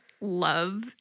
love